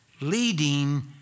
leading